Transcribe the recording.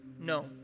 No